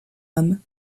âme